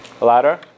Ladder